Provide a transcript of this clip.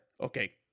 okay